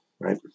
Right